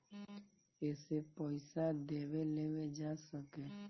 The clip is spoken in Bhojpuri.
एसे पइसा देवे लेवे जा सके